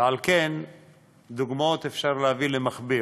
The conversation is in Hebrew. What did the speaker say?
ועל כן דוגמאות אפשר להביא למכביר,